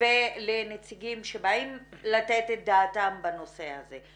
ולנציגים שבאים לתת את דעתם בנושא הזה.